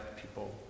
people